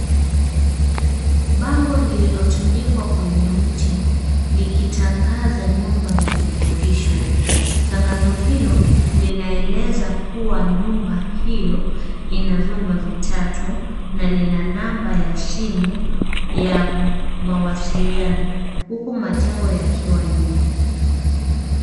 Bango lililotundikwa kwenye mti likitangaza nyumba ya kukodishwa. Tangazo hilo linaeleza kuwa nyumba hiyo ina vyumba vitatu na lina namba ya simu ya mawasiliano huku majengo yakiwa nyuma.